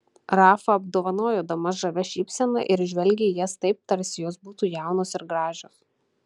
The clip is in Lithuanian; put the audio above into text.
rafa apdovanojo damas žavia šypsena ir žvelgė į jas taip tarsi jos būtų jaunos ir gražios